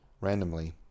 randomly